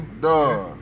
Duh